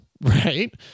Right